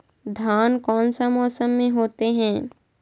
धान कौन सा मौसम में होते है?